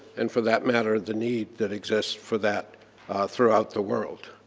and for that matter the need that exists for that throughout the world.